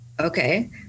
Okay